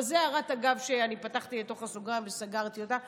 אבל זו הערת אגב שאני פתחתי לתוך הסוגריים וסגרתי אותה,